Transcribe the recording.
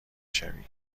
شوی